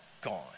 gone